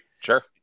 Sure